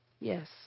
yes